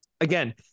again